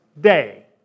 day